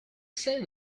say